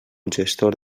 gestor